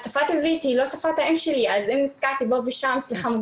אז השפה העברית היא לא שפת האם שלי אז אם נתקעתי פה ושם סליחה.